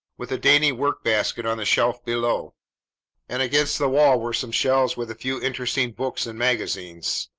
with a dainty work-basket on the shelf below and against the wall were some shelves with a few interesting books and magazines.